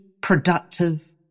productive